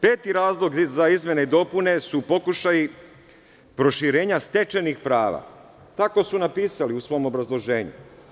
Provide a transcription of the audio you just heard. Peti razlog za izmene i dopune su pokušaji proširenja stečajnih prava, tako su napisali u svom obrazloženju.